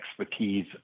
expertise